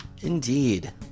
Indeed